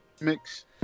Mix